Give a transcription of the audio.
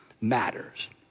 matters